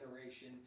generation